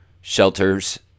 shelters